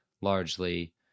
largely